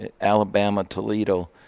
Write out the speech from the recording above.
Alabama-Toledo